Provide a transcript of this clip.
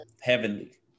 Heavenly